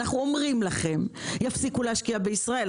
אנחנו אומרים לכם שיפסיקו להשקיע בישראל.